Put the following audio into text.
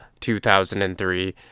2003